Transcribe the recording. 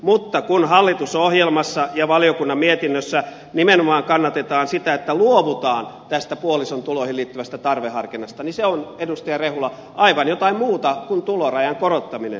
mutta kun hallitusohjelmassa ja valiokunnan mietinnössä nimenomaan kannatetaan sitä että luovutaan tästä puolison tuloihin liittyvästä tarveharkinnasta niin se on edustaja rehula aivan jotain muuta kuin tulorajan korottaminen